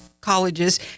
colleges